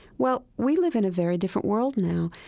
well, we live in a very different world now.